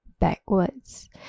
backwards